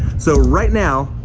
so right now,